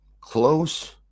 close